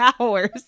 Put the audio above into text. hours